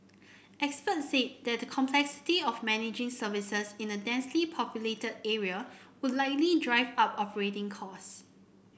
experts said the complexity of managing services in a densely populated area would likely drive up operating costs